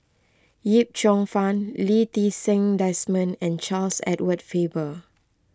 Yip Cheong Fun Lee Ti Seng Desmond and Charles Edward Faber